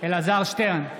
אלעזר שטרן,